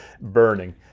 burning